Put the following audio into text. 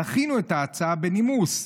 דחינו את ההצעה בנימוס.